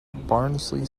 barnsley